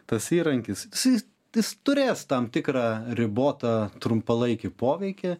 tas įrankis jisai jis turės tam tikrą ribotą trumpalaikį poveikį